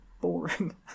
boring